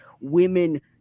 women